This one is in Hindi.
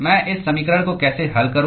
मैं इस समीकरण को कैसे हल करूं